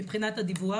מבחינת הדיווח